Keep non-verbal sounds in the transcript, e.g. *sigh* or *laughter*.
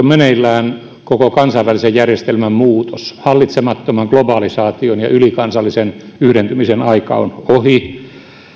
*unintelligible* meneillään koko kansainvälisen järjestelmän muutos hallitsemattoman globalisaation ja ylikansallisen yhdentymisen aika on ohi